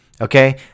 Okay